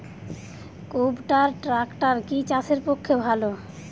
কুবটার ট্রাকটার কি চাষের পক্ষে ভালো?